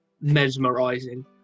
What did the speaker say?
mesmerizing